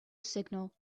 signal